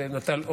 זה נטל,